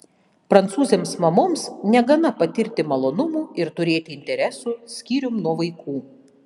prancūzėms mamoms negana patirti malonumų ir turėti interesų skyrium nuo vaikų